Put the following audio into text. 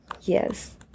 yes